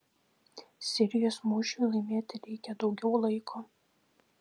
sirijos mūšiui laimėti reikia daugiau laiko